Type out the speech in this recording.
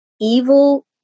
evil